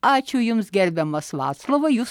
ačiū jums gerbiamas vaclovai jūs